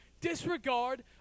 Disregard